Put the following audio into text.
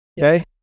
Okay